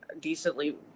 decently